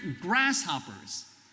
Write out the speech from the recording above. grasshoppers